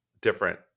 different